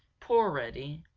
poor reddy.